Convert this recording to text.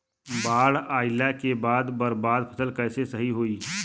बाढ़ आइला के बाद बर्बाद फसल कैसे सही होयी?